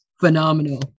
phenomenal